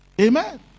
amen